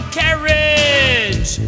carriage